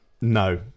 no